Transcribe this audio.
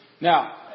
Now